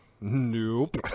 Nope